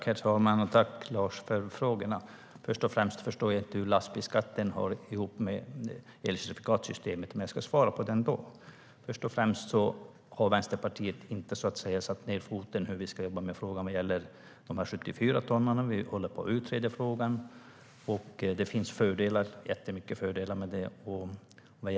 Herr talman! Tack, Lars, för följdfrågorna! Först och främst förstår jag inte hur lastbilsskatten hör ihop med elcertifikatssystemet, men jag ska svara på frågan. Till att börja med har Vänsterpartiet inte satt ned foten för hur vi ska jobba med frågan om 74-tonnarna. Vi utreder frågan, och det finns jättemånga fördelar med det.